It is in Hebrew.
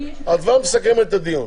את באה ומסכמת את הדיון.